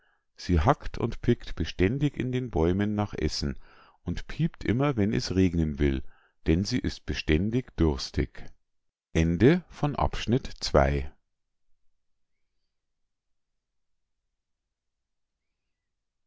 sie hackt und bickt beständig in den bäumen nach essen und piept immer wenn es regnen will denn sie ist beständig durstig